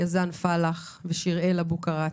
יזן פלאח ושיראל אבוקראט,